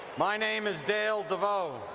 my name is dale devoe,